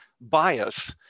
bias